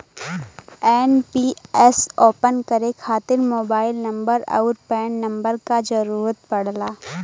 NPS open करे खातिर mobile number आउर पैन नंबर क जरुरत पड़ला